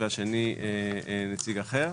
השני הוא נציג אחר.